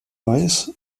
weiß